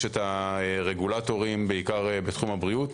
את הרגולוטרים בעיקר בתחום הבריאות.